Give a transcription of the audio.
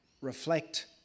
reflect